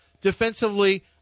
Defensively